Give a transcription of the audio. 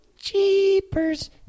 Jeepers